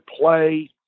play